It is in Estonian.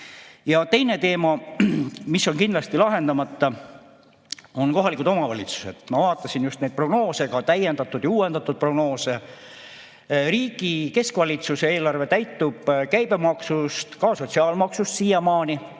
Ja teine teema, mis on kindlasti lahendamata, on kohalikud omavalitsused. Ma vaatasin just neid prognoose, ka täiendatud ja uuendatud prognoose. Riigi keskvalitsuse eelarve täitub käibemaksust, ka sotsiaalmaksust siiamaani